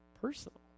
personal